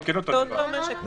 כן אותה דירה.